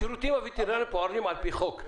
השירותים הווטרינרים פועלים על פי חוק,